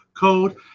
code